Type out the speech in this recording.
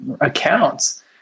accounts